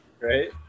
Right